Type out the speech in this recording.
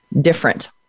different